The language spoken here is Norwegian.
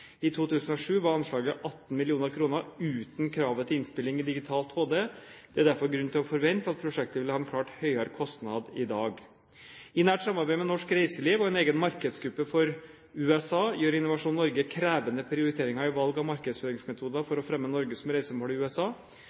I 2007 var anslaget 18 mill. kr uten kravet til innspilling i digitalt HD. Det er derfor grunn til å forvente at prosjektet vil ha en klart høyere kostnad i dag. I nært samarbeid med norsk reiseliv og en egen markedsgruppe for USA gjør Innovasjon Norge krevende prioriteringer i valg av markedsføringsmetoder for å fremme Norge som reisemål i USA.